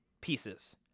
pieces